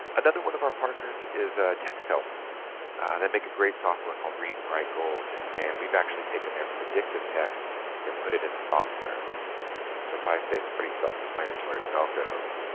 another one of our partners is a textile that make a great software called read and write gold and we've actually taken their predictive text and put it in the software so if i say it's pretty self-explanatory but i'll go